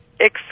Ex